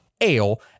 ale